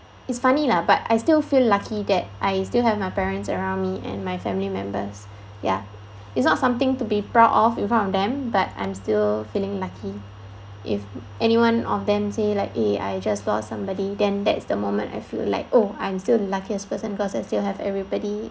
it's funny lah but I still feel lucky that I still have my parents around me and my family members ya it's not something to be proud of in front of them but I'm still feeling lucky if anyone of them say like eh I just lost somebody then that is the moment I feel like oh I'm still the luckiest person because I still have everybody